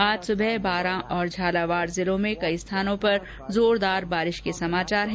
आज सुबह बारां और झालावाड़ जिलों में कई स्थानों पर जोरदार बारिश की खबर है